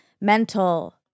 mental